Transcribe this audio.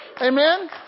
Amen